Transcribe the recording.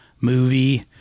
movie